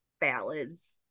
ballads